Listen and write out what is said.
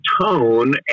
tone